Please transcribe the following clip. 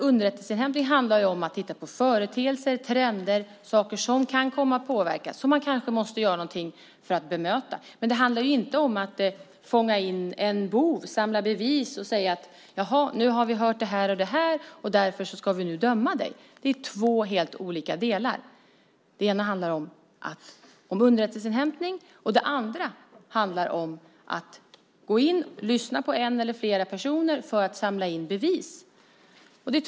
Underrättelseinhämtning handlar om att titta på företeelser, trender och saker som kan komma att påverka och som man kanske måste göra något för att bemöta. Men det handlar inte om att fånga in en bov, samla bevis och säga att nu har vi hört det och det och därför ska vi nu döma dig. Det är två helt olika delar. Det ena handlar om underrättelseinhämtning, det andra om att gå in och lyssna på en eller flera personer för att samla in bevis.